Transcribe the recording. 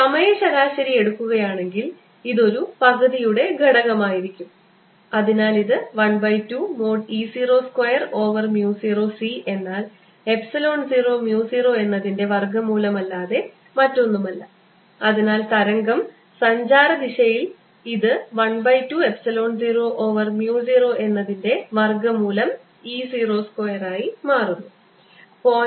സമയ ശരാശരി എടുക്കുകയാണെങ്കിൽ ഇത് ഒരു പകുതിയുടെ ഘടകം ആയിരിക്കും അതിനാൽ ഇത് 1 by 2 mod E 0 square over mu 0 c എന്നാൽ എപ്സിലോൺ 0 mu 0 എന്നതിന്റെ വർഗ്ഗമൂലം അല്ലാതെ മറ്റൊന്നുമല്ല അതിനാൽ തരംഗ സഞ്ചാര ദിശയിൽ ഇത് 1 by 2 എപ്സിലോൺ 0 ഓവർ mu 0 എന്നതിൻറെ വർഗ്ഗമൂലം E 0 സ്ക്വയർ ആയി മാറുന്നു